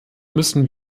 müssen